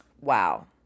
Wow